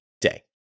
day